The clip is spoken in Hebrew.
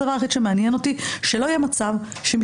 הדבר היחיד שמעניין אותי הוא שלא יהיה מצב שמשתמשים